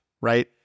right